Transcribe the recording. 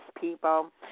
people